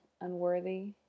unworthy